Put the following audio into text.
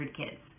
kids